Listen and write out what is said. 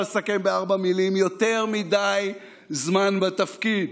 לסכם בארבע מילים: יותר מדי זמן בתפקיד,